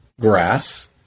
grass